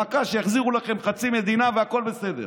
במכה שיחזירו לכם חצי מדינה והכול בסדר.